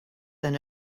than